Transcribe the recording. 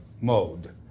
mode